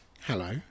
Hello